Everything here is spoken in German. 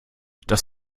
das